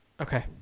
Okay